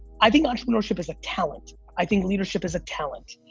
i think entrepreneurship is a talent. i think leadership is a talent.